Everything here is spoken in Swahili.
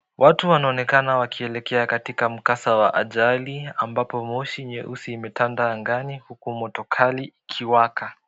Watu wanaonekana wakielekea katika mkasa wa ajali ambapo moshi nyeusi imetanda angani huku moto kali ukiwaka.